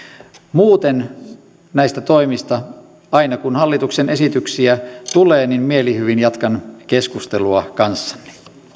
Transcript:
muuten näistä toimista aina kun hallituksen esityksiä tulee mielihyvin jatkan keskustelua kanssanne